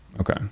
Okay